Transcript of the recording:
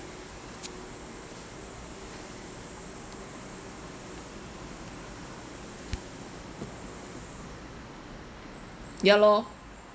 ya lor